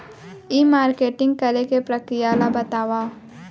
ई marketing करे के प्रक्रिया ला बतावव?